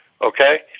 Okay